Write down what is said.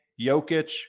Jokic